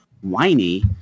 whiny